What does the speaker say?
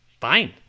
fine